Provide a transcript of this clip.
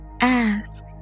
Ask